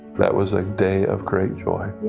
that was a day of great joy